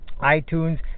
iTunes